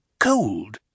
Cold